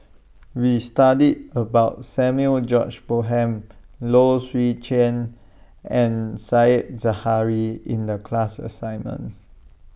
We studied about Samuel George Bonham Low Swee Chen and Said Zahari in The class assignment